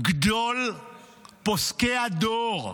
גדול פוסקי הדור,